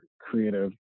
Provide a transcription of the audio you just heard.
creative